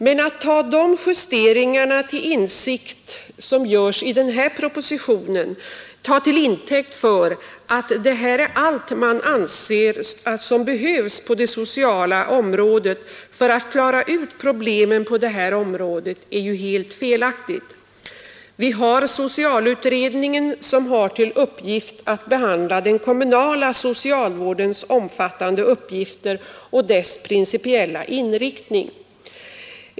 Men att ta de justeringar som görs i denna proposition till intäkt för att detta är allt man anser behövs på det sociala området för att klara ut problemen är ju helt felaktigt. Socialutredningen har till uppgift att behandla den kommunala socialvårdens omfattande uppgifter och dess principiella inriktning.